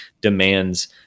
demands